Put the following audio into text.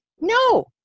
No